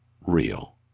real